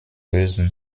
lösen